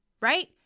right